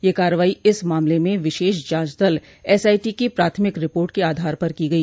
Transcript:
यह कार्रवाई इस मामले में विशेष जांच दल एसआईटी की प्राथमिक रिपोर्ट के आधार पर की गई